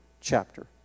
chapter